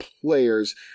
players